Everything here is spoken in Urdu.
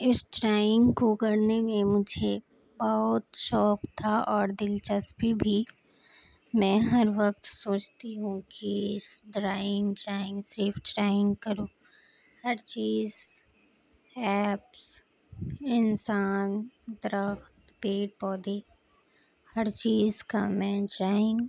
اس ڈرائنگ کو کرنے میں مجھے بہت شوق تھا اور دلچسپی بھی میں ہر وقت سوچتی ہوں کہ اس ڈرائنگ ڈرائنگ صرف ڈرائنگ کروں ہر چیز ایپس انسان درخت پیڑ پودے ہر چیز کا میں ڈرائنگ